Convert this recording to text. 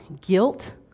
guilt